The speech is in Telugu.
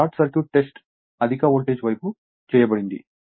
షార్ట్ సర్క్యూట్ టెస్ట్ అధిక వోల్టేజ్ వైపు చేయబడింది